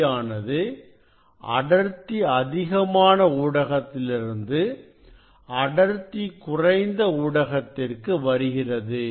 ஒளியானது அடர்த்தி அதிகமான ஊடகத்திலிருந்து அடர்த்தி குறைந்த ஊடகத்திற்கு வருகிறது